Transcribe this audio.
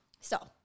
So-